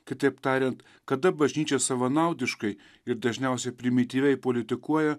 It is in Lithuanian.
kitaip tariant kada bažnyčia savanaudiškai ir dažniausiai primityviai politikuoja